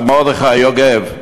רב מרדכי יוגב,